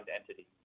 entity